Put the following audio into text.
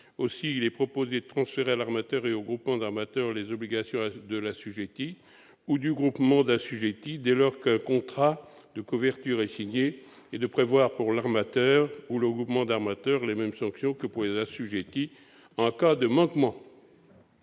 Aussi, il est proposé de transférer à l'armateur ou au groupement d'armateurs les obligations de l'assujetti ou du groupement d'assujettis, dès lors qu'un contrat de couverture est signé, et de prévoir pour l'armateur ou le groupement d'armateurs les mêmes sanctions que pour les assujettis en cas de manquement.